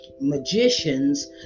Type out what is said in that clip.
magicians